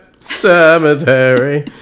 cemetery